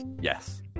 yes